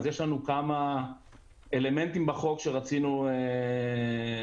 אז יש לנו כמה אלמנטים בחוק שרצינו לשנות